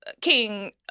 king